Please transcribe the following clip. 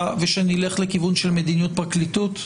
ושנלך לכיוון של מדיניות פרקליטות.